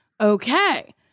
Okay